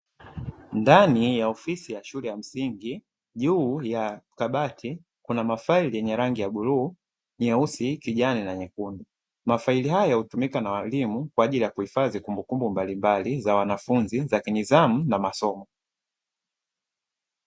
Ndani ya ofisi ya shule ya msingi juu ya kabati kuna mafaili yenye rangi ya bluu, nyeusi, kijani na nyekundu. Mafaili hayo hutumika na waalimu kwa ajili ya kuhifadhi kumbukumbu mbalimbali za wanafunzi za kinidhamu na masomo.